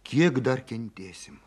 kiek dar kentėsim